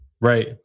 Right